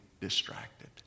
distracted